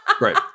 Right